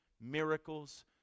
miracles